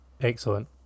excellent